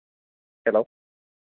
hello